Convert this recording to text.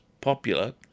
popular